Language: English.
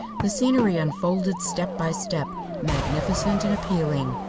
the scenery unfolded step by step magnificent and appealing.